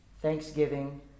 thanksgiving